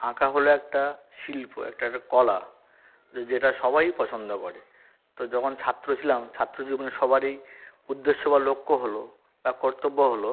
আঁকা হলো একটা শিল্প একটা কলা যেটা সবাই পছন্দ করে তো যকন ছাত্র ছিলাম ছাত্র জীবনে সবারই উদ্দেশ্য বা লক্ষ্য হলো বা কর্তব্য হলো